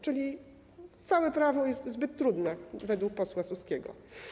Czyli całe prawo jest zbyt trudne, według posła Suskiego.